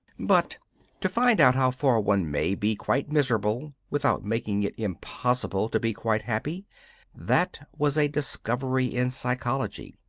but to find out how far one may be quite miserable without making it impossible to be quite happy that was a discovery in psychology.